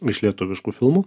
iš lietuviškų filmų